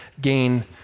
gain